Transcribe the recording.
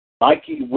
Mikey